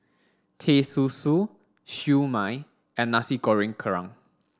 Teh Susu Siew Mai and Nasi Goreng Kerang